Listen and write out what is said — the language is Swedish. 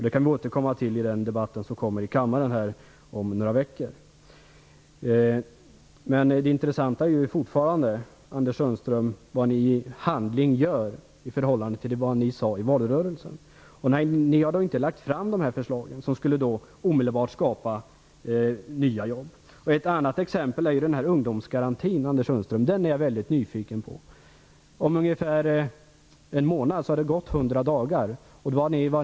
Det kan vi återkomma till i den debatt som kommer i kammaren om några veckor. Det intressanta är fortfarande, Anders Sundström, vad ni gör i handling i förhållande till vad ni sade i valrörelsen. Ni har inte lagt fram de förslag som omedelbart skulle skapa nya jobb. Ett annat exempel är ungdomsgarantin. Den är jag väldigt nyfiken på. Om ungefär en månad har det gått hundra dagar.